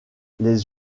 les